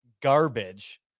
garbage